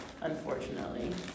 unfortunately